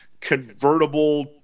convertible